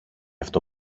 αυτό